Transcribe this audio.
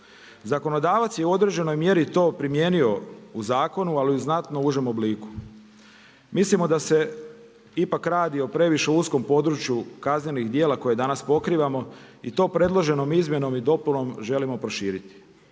Zakonodavac je u određenoj mjeri to primijenio u zakonu, ali u znatno užem obliku. Mislimo da se ipak radi o previše uskom području kaznenih djela koje danas pokrivamo i tom predloženom izmjenom i dopunom želimo proširiti.